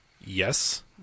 Yes